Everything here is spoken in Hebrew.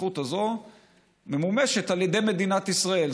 הזכות הזו ממומשת על ידי מדינת ישראל,